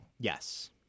Yes